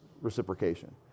reciprocation